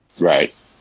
right